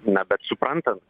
na bet suprantant